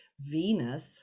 Venus